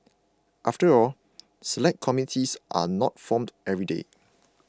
after all Select Committees are not formed every day